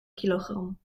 kilogram